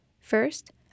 First